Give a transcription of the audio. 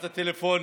את הטלפון.